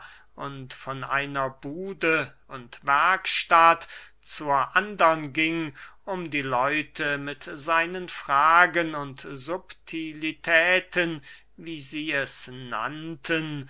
und von einer bude und werkstatt zur andern ging um die leute mit seinen fragen und subtilitäten wie sie es nannten